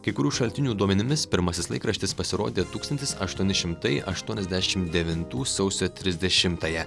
kai kurių šaltinių duomenimis pirmasis laikraštis pasirodė tūkstantis aštuoni šimtai aštuoniasdešim devintų sausio trisdešimtąją